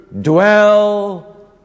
dwell